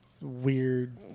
weird